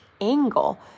angle